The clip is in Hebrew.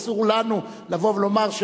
אסור לנו לבוא ולומר,